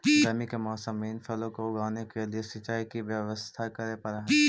गर्मी के मौसम में इन फलों को उगाने के लिए सिंचाई की व्यवस्था करे पड़अ हई